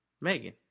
Megan